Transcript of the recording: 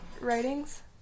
writings